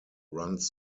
runs